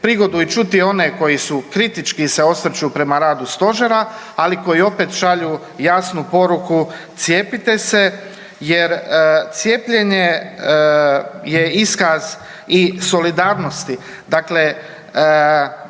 prigodu i čuti one koji su kritički se osvrću prema radu stožera, ali koji opet šalju jasnu poruku cijepite se jer cijepljenje je iskaz i solidarnosti.